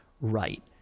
right